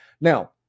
Now